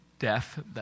death